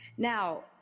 Now